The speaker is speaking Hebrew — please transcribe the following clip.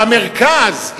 במרכז,